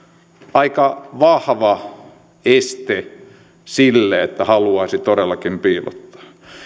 aika vahva este sille että haluaisi todellakin piilottaa